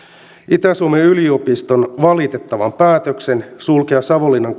itä suomen yliopiston valitettavan päätöksen sulkea savonlinnan